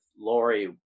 Lori